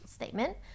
statement